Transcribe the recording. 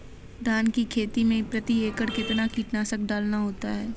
धान की खेती में प्रति एकड़ कितना कीटनाशक डालना होता है?